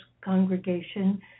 congregation